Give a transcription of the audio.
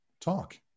talk